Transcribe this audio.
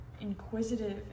inquisitive